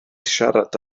siarad